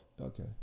Okay